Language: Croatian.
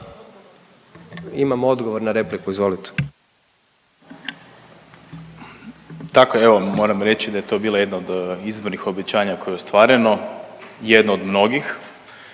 Imamo odgovor na repliku, izvolite. **Vidiš, Ivan** Tako je, evo, moram reći da je to bila jedna od izvornih obećanja koje je ostvareno. Jedno od mnogih.